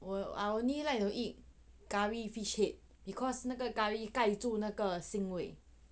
I only like to eat curry fish head because 那个 curry 盖住那个腥味